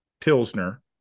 Pilsner